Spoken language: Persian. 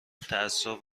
تعصب